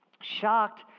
Shocked